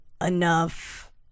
enough